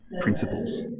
principles